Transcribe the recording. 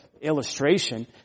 illustration